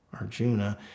Arjuna